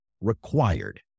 required